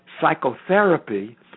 psychotherapy